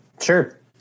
Sure